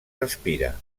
respira